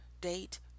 date